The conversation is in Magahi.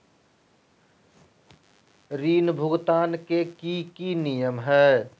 ऋण भुगतान के की की नियम है?